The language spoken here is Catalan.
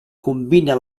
combina